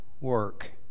work